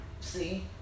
See